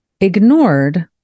Ignored